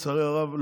לצערי הרב,